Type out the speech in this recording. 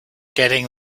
getting